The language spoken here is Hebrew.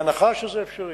בהנחה שזה אפשרי.